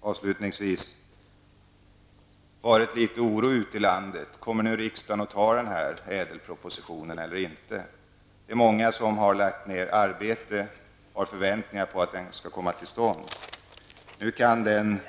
Avslutningsvis har det, fru talman, varit en del oro ute i landet: Kommer riksdagen att anta ÄDEL propositionen eller inte? Många har lagt ned arbete och har förväntningar på att förslaget skall förverkligas. Nu kan den